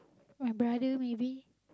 my brother maybe